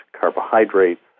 carbohydrates